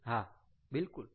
હા બિલકુલ